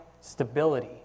stability